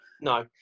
No